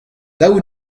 daou